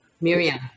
Miriam